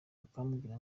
akambwira